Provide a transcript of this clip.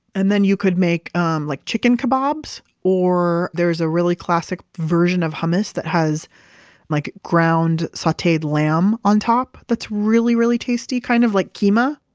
and then you could make um like chicken kabobs. or there's a really classic version of hummus that has like ground sauteed lamb on top that's really, really tasty, kind of like kima,